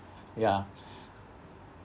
ya